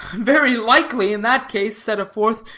very likely, in that case, said a fourth,